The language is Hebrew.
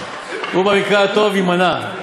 אפילו יעקב פרי משוכנע, בתוך תוכו.